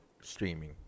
streaming